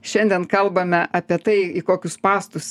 šiandien kalbame apie tai į kokius spąstus